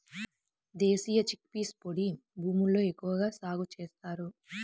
దేశీ chickpeas పొడి భూముల్లో ఎక్కువగా సాగు చేస్తారు